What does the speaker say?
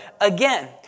again